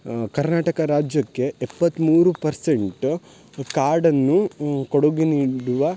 ಕರ್ನಾಟಕ ರಾಜ್ಯಕ್ಕೆ ಎಪ್ಪತ್ತು ಮೂರು ಪರ್ಸೆಂಟ್ ಕಾಡನ್ನು ಕೊಡುಗೆ ನೀಡುವ